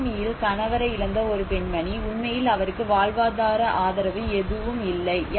சுனாமியில் கணவரை இழந்த ஒரு பெண்மணி உண்மையில் அவருக்கு வாழ்வாதார ஆதரவு எதுவும் இல்லை